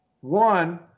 One